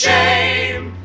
shame